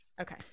Okay